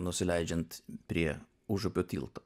nusileidžiant prie užupio tilto